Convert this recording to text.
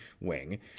wing